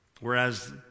Whereas